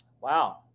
wow